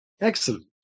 Excellent